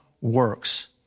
works